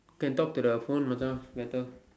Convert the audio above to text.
can talk to the phone Macha better